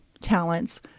talents